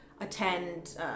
attend